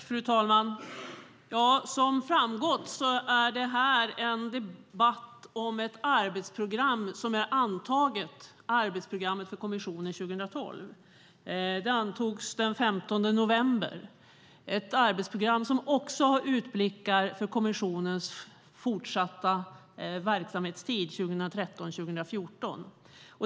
Fru talman! Som har framgått är detta en debatt om ett arbetsprogram som är antaget - arbetsprogrammet för kommissionen 2012. Det antogs den 15 november. Det är ett arbetsprogram som också har utblickar för kommissionens fortsatta verksamhetstid 2013-2014.